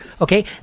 Okay